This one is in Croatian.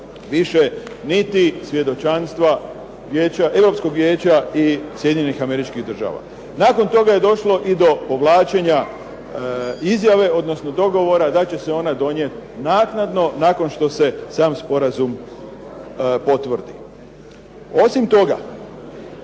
više niti svjedočanstva Europskog Vijeća i Sjedinjenih Američkih Država. Nakon toga je došlo i do povlačenja izjave, odnosno dogovora da će se ona donijeti naknadno, nakon što se sam sporazum potvrdi. Osim toga,